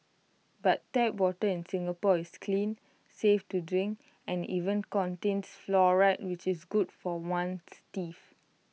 but tap water in Singapore is clean safe to drink and even contains fluoride which is good for one's teeth